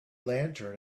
lantern